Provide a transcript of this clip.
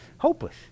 hopeless